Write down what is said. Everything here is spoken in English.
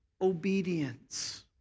obedience